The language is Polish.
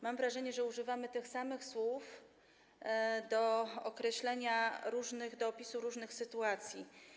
Mam wrażenie, że używamy tych samych słów do określenia, opisu różnych sytuacji.